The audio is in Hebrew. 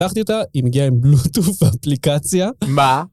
פתחתי אותה, היא מגיעה עם בלוטוס, אפליקציה. - ‫מה?!